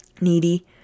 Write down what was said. needy